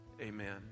amen